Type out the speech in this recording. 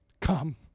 come